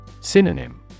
Synonym